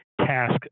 task